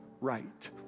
right